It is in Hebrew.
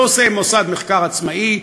את זה עושה מוסד מחקר עצמאי,